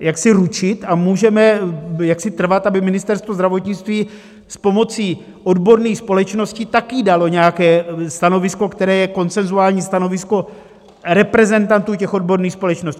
jaksi ručit a můžeme jaksi trvat , aby Ministerstvo zdravotnictví s pomocí odborných společností také dalo nějaké stanovisko, které je konsenzuální stanovisko reprezentantů těch odborných společností.